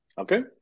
Okay